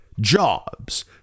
jobs